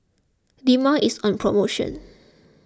Dermale is on promotion